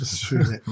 true